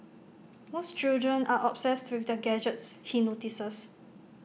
most children are obsessed with their gadgets he notices